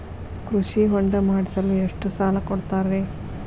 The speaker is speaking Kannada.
ಕೃಷಿ ಹೊಂಡ ಮಾಡಿಸಲು ಎಷ್ಟು ಸಾಲ ಕೊಡ್ತಾರೆ?